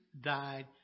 died